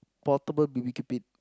portable B_B_Q bin